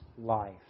life